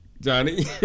Johnny